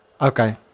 Okay